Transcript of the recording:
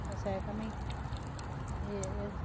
कसायाक आमी हें